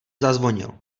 zazvonil